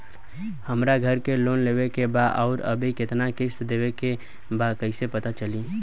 हमरा घर के लोन लेवल बा आउर अभी केतना किश्त देवे के बा कैसे पता चली?